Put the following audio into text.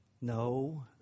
No